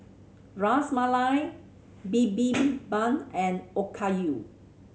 Ras Malai Bibimbap and Okayu